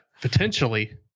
potentially